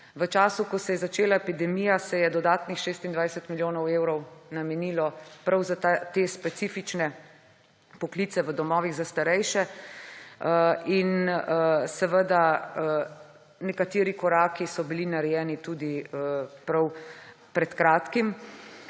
V času, ko se je začela epidemija, se je dodatnih 26 milijonov evrov namenilo prav za te specifične poklice v domovih za starejše. Nekateri koraki so bili narejeni tudi prav pred kratkim.